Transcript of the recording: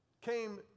came